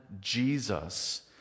Jesus